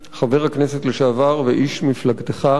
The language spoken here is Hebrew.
חבר הכנסת לשעבר ואיש מפלגתך,